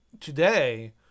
Today